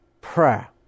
prayer